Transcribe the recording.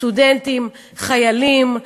סטודנטים, חיילים,